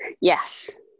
yes